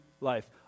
life